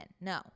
no